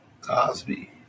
Cosby